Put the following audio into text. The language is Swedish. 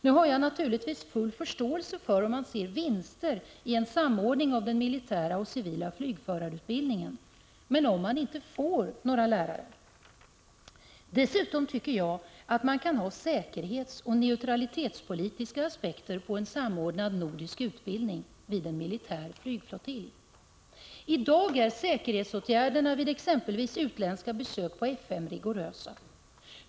Nu har jag naturligtvis full förståelse för om man ser vinster i en samordning av den militära och den civila flygförarutbildningen — men om man inte får några lärare? Dessutom tycker jag att man kan ha säkerhetsoch neutralitetspolitiska aspekter på en samordnad nordisk utbildning vid en militär flygflottilj. I dag är säkerhetsåtgärderna vid exempelvis utländska besök på F 5 rigorösa.